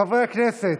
חברי הכנסת,